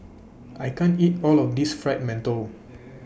I can't eat All of This Fried mantou